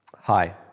Hi